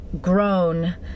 grown